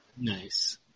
Nice